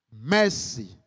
mercy